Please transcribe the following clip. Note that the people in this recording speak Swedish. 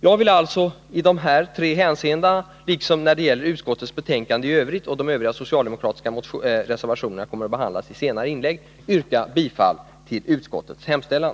Jag vill alltså i de här hänseendena liksom när det gäller utskottets betänkande i övrigt — de övriga socialdemokratiska reservationerna kommer att behandlas i senare inlägg — yrka bifall till utskottets hemställan.